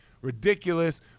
Ridiculous